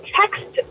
text